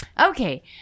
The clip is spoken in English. Okay